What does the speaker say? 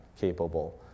capable